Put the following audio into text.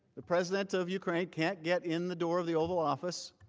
the present of ukraine can't get in the door of the oval office